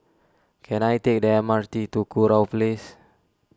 can I take the M R T to Kurau Place